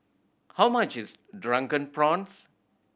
how much is Drunken Prawns